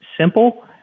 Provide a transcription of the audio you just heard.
simple